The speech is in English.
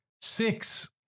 Six